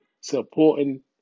supporting